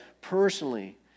personally